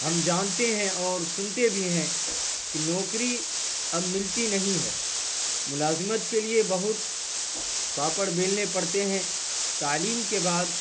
ہم جانتے ہیں اور سنتے بھی ہیں کہ نوکری اب ملتی نہیں ہے ملازمت کے لیے بہت پاپڑ بیلنے پڑتے ہیں تعلیم کے بعد